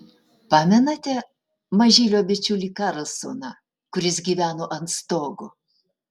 pamenate mažylio bičiulį karlsoną kuris gyveno ant stogo